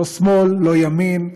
לא שמאל, לא ימין,